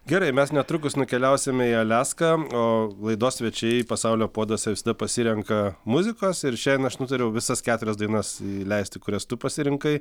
gerai mes netrukus nukeliausime į aliaską o laidos svečiai pasaulio puoduose visada pasirenka muzikos ir šiandien aš nutariau visas keturias dainas leisti kurias tu pasirinkai